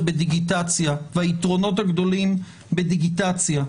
בדיגיטציה והיתרונות הגדולים בדיגיטציה,